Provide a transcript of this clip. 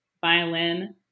violin